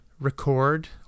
record